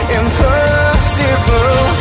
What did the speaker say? impossible